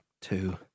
two